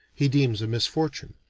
he deems a misfortune.